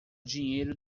dinheiro